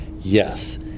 Yes